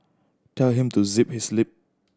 tell him to zip his lip